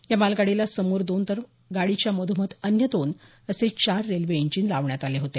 या मालगाडीला समोर दोन तर गाडीच्या मधोमध अन्य दोन असे चार रेल्वे इंजिन लावण्यात आले होते